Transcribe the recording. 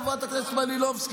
חברת הכנסת מלינובסקי,